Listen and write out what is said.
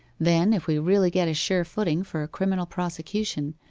then, if we really get a sure footing for a criminal prosecution,